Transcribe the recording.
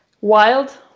Wild